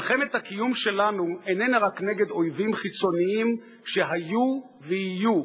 מלחמת הקיום שלנו איננה רק נגד אויבים חיצוניים שהיו ויהיו.